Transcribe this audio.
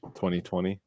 2020